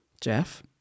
Jeff